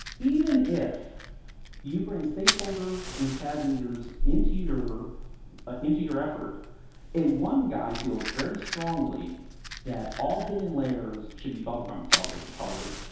even if you bring stakeholders and cad leaders into your ah into your effort and one guy feels very strongly that all hidden layers should be bubblegum colored, colored,